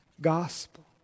gospel